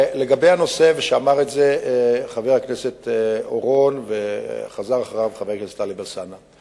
לגבי מה שאמר חבר הכנסת אורון וחזר אחריו חבר הכנסת טלב אלסאנע.